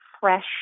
fresh